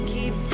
Keep